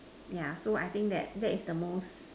yeah so I think that that is the most